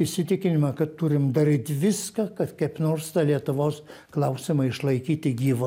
įsitikinimą kad turim daryt viską kad kaip nors tą lietuvos klausimą išlaikyti gyvą